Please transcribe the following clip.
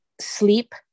Sleep